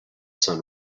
sun